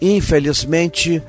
Infelizmente